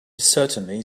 certainly